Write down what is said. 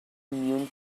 immune